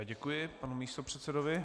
Děkuji panu místopředsedovi.